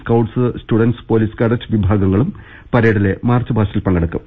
scouts students police cadet വിഭാഗങ്ങളും പരേഡിലെ മാർച്ച്പാസ്റ്റിൽ പങ്കെടുക്കും